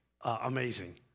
amazing